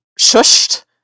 shushed